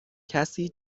کسی